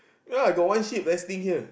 ya I got one sheep resting here